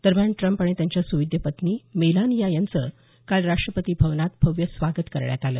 दरम्यान ट्रम्प आणि त्यांच्या सुविद्य पत्नी मेलानिया यांचं काल राष्ट्रपती भवनात भव्य स्वागत करण्यात आलं